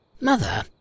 Mother